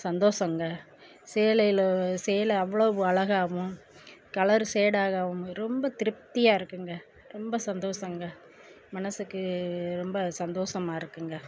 சந்தோஷம்க சேலையில் சேலை அவ்வளோவு அழகாகவும் கலர் ஷேடு ஆகாமல் ரொம்ப திருப்தியாக இருக்குங்க ரொம்ப சந்தோஷங்க மனதுக்கு ரொம்ப சந்தோஷமாக இருக்குங்க